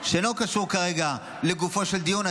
שלא קשור כרגע לגופו של דיון.